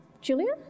Julia